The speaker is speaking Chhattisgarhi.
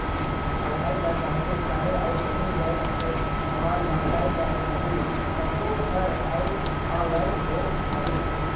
पढ़ई ल कहबे चहे अउ काहीं जाएत कर समान मंगई ल कहबे सब्बों हर आएज ऑनलाईन होत हवें